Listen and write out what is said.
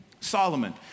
Solomon